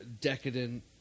decadent